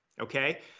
Okay